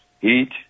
heat